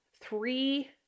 three